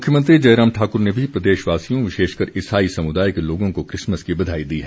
मुख्यमंत्री जयराम ठाकुर ने भी प्रदेशवासियों विशेषकर ईसाई समुदाय के लोगों को किसमस की बधाई दी है